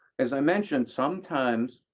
as i mentioned, sometimes,